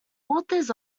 authors